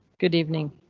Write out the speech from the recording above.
good evening.